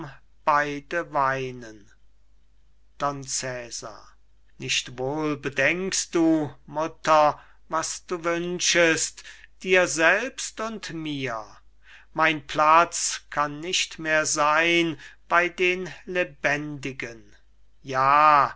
beide weinen don cesar nicht wohl bedenkst du mutter was du wünschest dir selbst und mir mein pfad kann nicht mehr sein bei den lebendigen ja